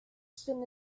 spin